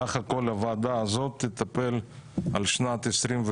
סך הכול הוועדה הזאת תטפל בשנת 23'